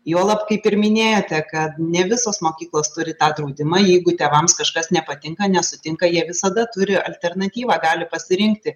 juolab kaip ir minėjote kad ne visos mokyklos turi tą draudimą jeigu tėvams kažkas nepatinka nesutinka jie visada turi alternatyvą gali pasirinkti